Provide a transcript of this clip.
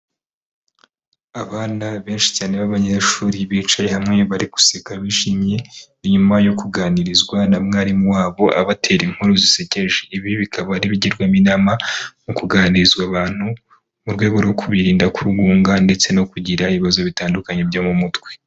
Abana benshi cyane b'abanyeshuri bicaye hamwe bari guseka bishimye Ninyuma yo kuganirizwa na mwarimu wabo abatera inkuru zisekeje. Ibi bikaba ari ibigirwamo inama mu kuganirizwa abantu mu rwego rwo kwibirinda kwigunga ndetse no kugira ibibazo bitandukanye byo mu mutwe.